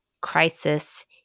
crisis